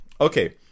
Okay